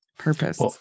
purpose